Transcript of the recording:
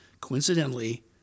coincidentally